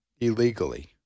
illegally